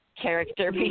character